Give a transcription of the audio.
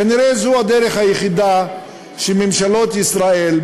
כנראה זו הדרך היחידה שממשלות ישראל,